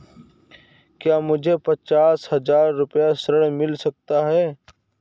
क्या मुझे पचास हजार रूपए ऋण मिल सकता है?